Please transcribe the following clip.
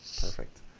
Perfect